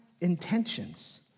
intentions